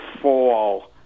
fall